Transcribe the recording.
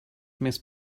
miss